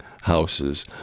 houses